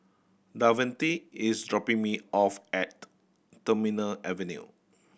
Davante is dropping me off at Terminal Avenue